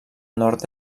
nord